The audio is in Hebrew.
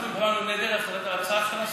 אנחנו הצבענו נגד ההחלטה, ההצעה של השר.